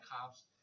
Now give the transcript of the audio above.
cops